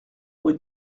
rue